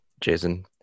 Jason